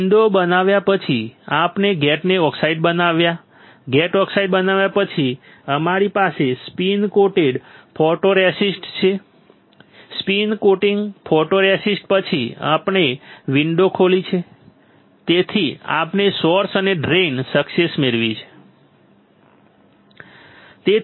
window બનાવ્યા પછી આપણે ગેટ ઓક્સાઇડ બનાવ્યા ગેટ ઓક્સાઇડ બનાવ્યા પછી અમારી પાસે સ્પિન કોટેડ ફોટોરેસિસ્ટ છે સ્પિન કોટિંગ ફોટોરેસિસ્ટ પછી આપણે વિન્ડો ખોલી છે જેથી આપણે સોર્સ અને ડ્રેઇનની સક્સેસ મેળવી શકીએ